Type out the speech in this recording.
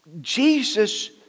Jesus